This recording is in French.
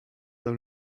dans